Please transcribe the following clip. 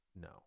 No